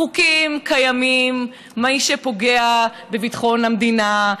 החוקים קיימים: מי שפוגע בביטחון המדינה,